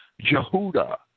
Jehuda